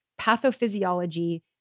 pathophysiology